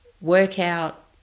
workout